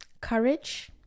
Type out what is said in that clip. courage